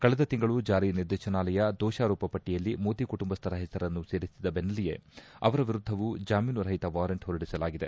ಕಳೆದ ತಿಂಗಳು ಜಾರಿ ನಿರ್ದೇಶನಾಲಯ ದೋಷಾರೋಪ ಪಟ್ಟಯಲ್ಲಿ ಮೋದಿ ಕುಟಂಬಸ್ಟರ ಹೆಸರನ್ನು ಸೇರಿಸಿದ ಹಿನ್ನೆಲೆಯಲ್ಲಿ ಅವರ ವಿರುದ್ದವು ಜಾಮೀನುರಹಿತ ವಾರೆಂಟ್ ಹೊರಡಿಸಲಾಗಿದೆ